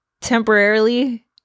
temporarily